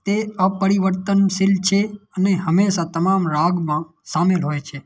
તે અપરિવર્તનશીલ છે અને હંમેશા તમામ રાગમાં સામેલ હોય છે